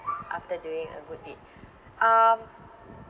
after doing a good deed um